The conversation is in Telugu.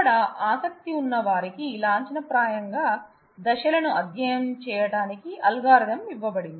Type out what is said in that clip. ఇక్కడ ఆసక్తి ఉన్న వారికి లాంఛనప్రాయం గా దశలను అధ్యయనం చేయడానికి అల్గోరిథం ఇవ్వబడింది